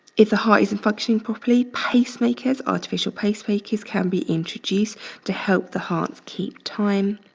if the heart isn't functioning properly, pacemakers, artificial pacemakers can be introduced to help the heart keep time.